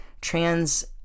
trans